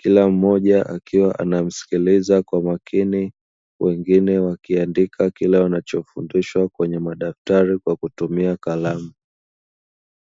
kila mmoja akiwa anamsikiliza kwa makini, wengine wakiandika kile anachofundisha kwenye madaftari kwa kutumia kalamu.